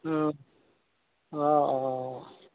অঁ অঁ